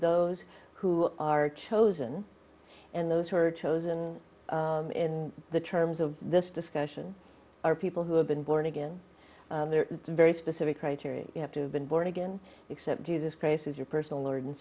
those who are chosen and those who are chosen in the terms of this discussion are people who have been born again their very specific criteria you have to have been born again except jesus christ as your personal lord and